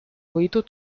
võidu